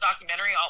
documentary